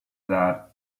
that